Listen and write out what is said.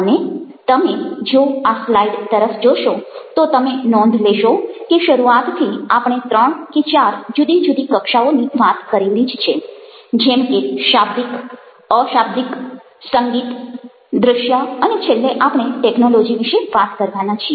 અને તમે જો આ સ્લાઈડ તરફ જોશો તો તમે નોંધ લેશો કે શરૂઆતથી આપણે ત્રણ કે ચાર જુદી જુદી કક્ષાઓની વાત કરેલી જ છે જેમ કે શાબ્દિક અશાબ્દિક સંગીત દ્રશ્ય અને છેલ્લે આપણે ટેક્નૉલોજિ વિશે વાત કરવાના છીએ